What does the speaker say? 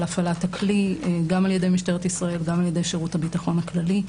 הפעלת הכלי גם ע"י משטרת ישראל וגם ע"י שירות הביטחון הכללי.